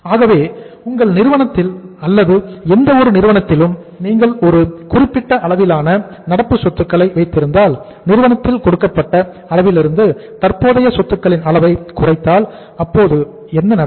ஆகவே உங்கள் நிறுவனத்தில் அல்லது எந்த ஒரு நிறுவனத்திலும் நீங்கள் ஒரு குறிப்பிட்ட அளவிலான நடப்பு சொத்துக்களை வைத்திருந்தால் நிறுவனத்தில் கொடுக்கப்பட்ட அளவிலிருந்து தற்போதைய சொத்துக்களின் அளவை குறைத்தால் அப்போது என்ன நடக்கும்